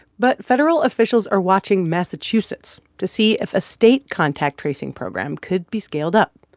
but federal officials are watching massachusetts to see if a state contact tracing program could be scaled up.